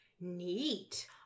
Neat